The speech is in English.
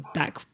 back